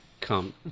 come